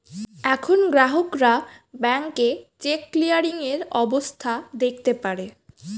এখন গ্রাহকরা ব্যাংকে চেক ক্লিয়ারিং এর অবস্থা দেখতে পারে